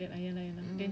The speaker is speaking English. macam GrabFood lah